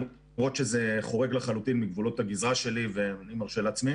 למרות שזה חורג לחלוטין מגבולות הגזרה שלי ואני מרשה לעצמי